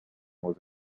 was